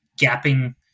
gapping